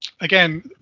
again